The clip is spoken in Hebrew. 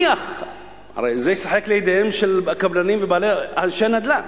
הרי זה ישחק לידיהם של הקבלנים ואנשי נדל"ן.